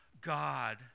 God